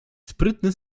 sprytny